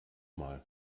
mal